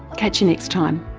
catch you next time